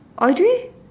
Audrey